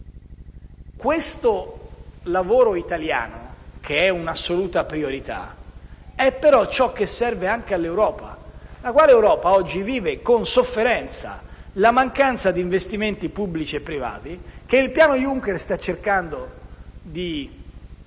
Questo lavoro italiano, che è un'assoluta priorità, è però quello che serve anche all'Europa, la quale oggi vive con sofferenza la mancanza di investimenti pubblici e privati che il piano Juncker sta cercando